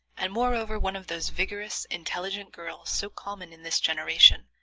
and moreover one of those vigorous, intelligent girls, so common in this generation,